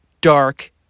dark